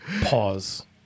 Pause